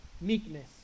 meekness